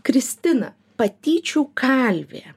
kristina patyčių kalvė